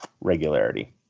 regularity